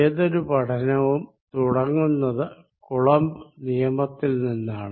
ഏതൊരു പഠനവും തുടങ്ങുന്നത് കൂളംബ് നിയമത്തിൽ നിന്നാണ്